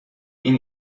این